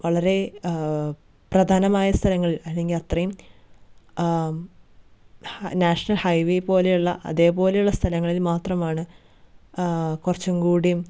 വളരെ പ്രധാനമായ സ്ഥലങ്ങളിൽ അല്ലെങ്കിൽ അത്രയും നാഷണൽ ഹൈവെ പോലെയുള്ള അതേപോലെയുള്ള സ്ഥലങ്ങളിൽ മാത്രമാണ് കൊറച്ചും കൂടിയും